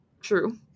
True